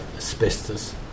Asbestos